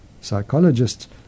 Psychologists